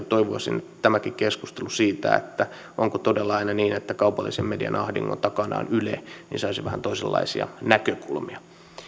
toivoisin että tämäkin keskustelu siitä että onko todella aina niin että kaupallisen median ahdingon takana on yle saisi vähän toisenlaisia näkökulmia